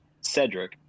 Cedric